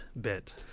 bit